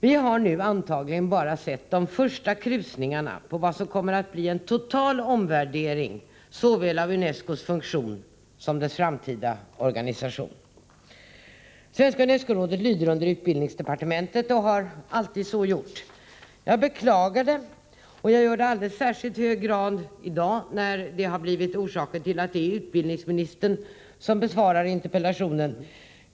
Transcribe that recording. Vi har nu antagligen bara sett de första krusningarna på vad som kommer att bli en total omvärdering såväl av UNESCO:s funktion som av dess framtida organisation. Svenska unescorådet lyder under utbildningsdepartementet och har alltid så gjort. Jag beklagar detta, och jag gör det i alldeles särskilt hög grad i dag när det har blivit orsaken till att det är utbildningsministern som besvarar interpellationen.